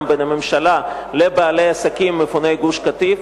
בין הממשלה לבעלי עסקים מפוני גוש-קטיף.